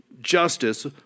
justice